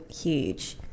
huge